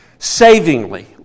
Savingly